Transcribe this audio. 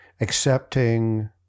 accepting